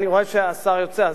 אני רואה שהשר יוצא,